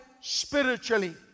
spiritually